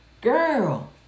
girl